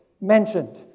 mentioned